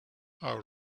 our